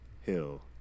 Hill